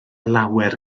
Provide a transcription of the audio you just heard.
lawer